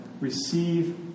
receive